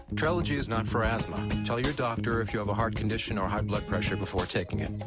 trelegy is not for asthma. tell your doctor if you have a heart condition or high blood pressure before taking it.